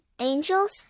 angels